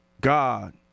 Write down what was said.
God